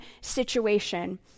situation